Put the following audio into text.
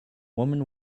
women